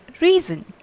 reason